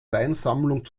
weinsammlung